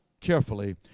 carefully